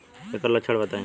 ऐकर लक्षण बताई?